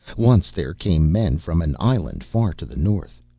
once there came men from an island far to the north.